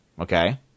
Okay